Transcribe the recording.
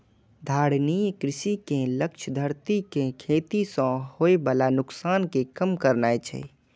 धारणीय कृषि के लक्ष्य धरती कें खेती सं होय बला नुकसान कें कम करनाय छै